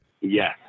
Yes